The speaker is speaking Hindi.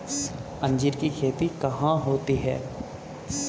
अंजीर की खेती कहाँ होती है?